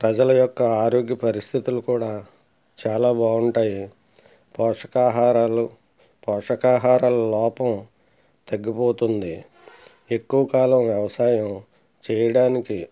ప్రజల యొక్క ఆరోగ్య పరిస్థితులు కూడా చాలా బాగుంటాయి పోషకాహారాలు పోషకాహారాల లోపం తగ్గిపోతుంది ఎక్కువ కాలం వ్యవసాయం చేయడానికి